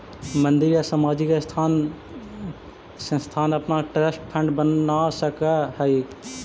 मंदिर या सामाजिक संस्थान अपना ट्रस्ट फंड बना सकऽ हई